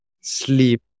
sleep